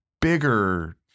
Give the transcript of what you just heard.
bigger